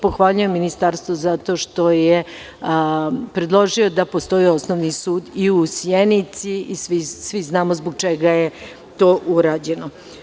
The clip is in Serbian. Pohvaljujem Ministarstvo zato što je predložilo da postoji osnovni sud i u Sjenici i svi znamo zbog čega je to urađeno.